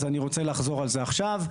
ואני רוצה לחזור על זה עכשיו.